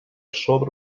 sobre